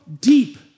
deep